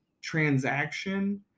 transaction